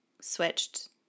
switched